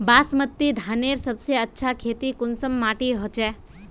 बासमती धानेर सबसे अच्छा खेती कुंसम माटी होचए?